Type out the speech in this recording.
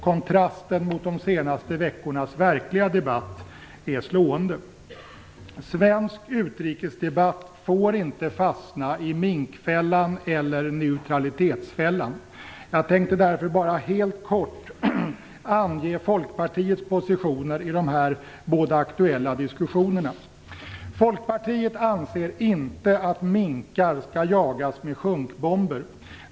Kontrasten mot de senaste veckornas verkliga debatt är slående. Svensk utrikesdebatt får inte fastna i minkfällan eller neutralitetsfällan. Jag tänkte därför bara helt kort ange Folkpartiets positioner i de aktuella diskussionerna. Folkpartiet anser inte att minkar skall jagas med sjunkbomber.